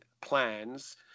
plans